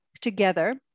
together